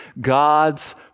God's